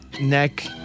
Neck